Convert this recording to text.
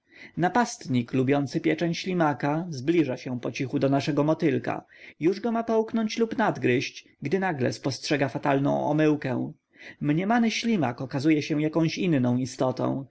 napastnik lubiący pieczeń ślimaka zbliża się pocichu do naszego motylka już go ma połknąć lub nadgryźć gdy nagle spostrzega fatalną omyłkę mniemany ślimak okazuje się jakąś inną istotą